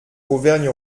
auvergne